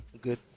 good